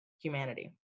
humanity